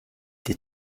des